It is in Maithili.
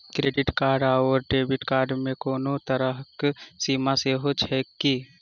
क्रेडिट कार्ड आओर डेबिट कार्ड मे कोनो तरहक सीमा सेहो छैक की?